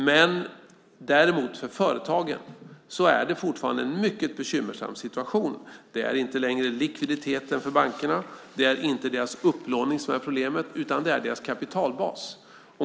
Men för företagen är det fortfarande en mycket bekymmersam situation. Det är inte längre likviditeten för bankerna och det är inte deras upplåning som är problemet, utan det är deras kapitalbas.